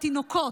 תינוקות,